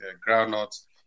groundnuts